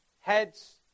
Heads